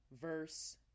verse